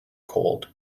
cold